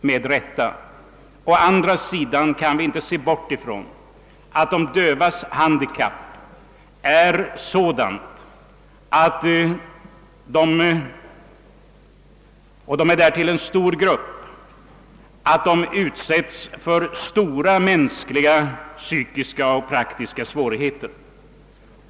Men å andra sidan kan man inte bortse ifrån att de döva — som därtill utgör en stor grupp — också får brottas med mycket stora psykiska och praktiska svårigheter.